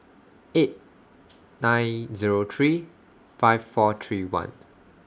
eight nine Zero three five four three one